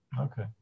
Okay